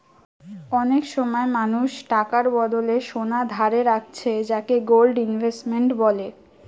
অনেক সময় মানুষ টাকার বদলে সোনা ধারে রাখছে যাকে গোল্ড ইনভেস্টমেন্ট বলে